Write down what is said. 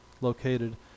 located